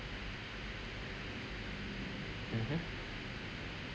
mmhmm